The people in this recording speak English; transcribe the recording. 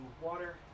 water